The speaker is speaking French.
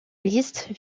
liste